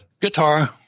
Guitar